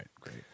great